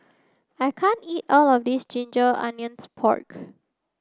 I can't eat all of this ginger onions pork